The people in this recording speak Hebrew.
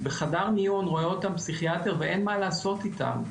בחדר מיון רואה אותם פסיכיאטר ואין מה לעשות איתם,